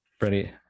Ready